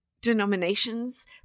denominations